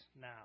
now